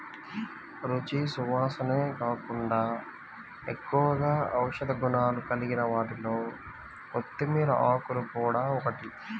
రుచి, సువాసనే కాకుండా ఎక్కువగా ఔషధ గుణాలు కలిగిన వాటిలో కొత్తిమీర ఆకులు గూడా ఒకటి